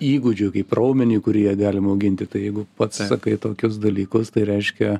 įgūdžiui kaip raumeniui kurį galima auginti tai jeigu pats sakai tokius dalykus tai reiškia